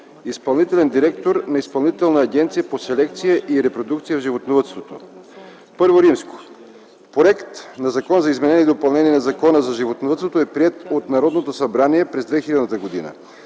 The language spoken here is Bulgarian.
изпълнителен директор на Изпълнителна агенция по селекция и репродукция в животновъдството. І. Законът за изменение и допълнение на Закона за животновъдството е приет от Народното събрание през 2000 г.